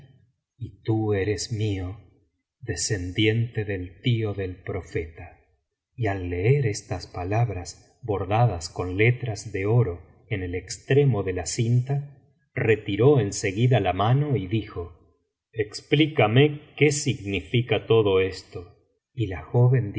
y tú eres mío descendiente del tío del profeta y al leer ostas palabras bordadas con letras de oro en el extremo de la cinta retiró en seguida la mano y dijo explícame qué significa todo esto y la joven